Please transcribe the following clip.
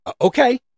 Okay